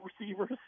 receivers